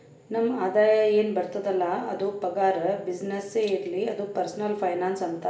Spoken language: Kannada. ನಮ್ ಆದಾಯ ಎನ್ ಬರ್ತುದ್ ಅಲ್ಲ ಅದು ಪಗಾರ, ಬಿಸಿನ್ನೆಸ್ನೇ ಇರ್ಲಿ ಅದು ಪರ್ಸನಲ್ ಫೈನಾನ್ಸ್ ಅಂತಾರ್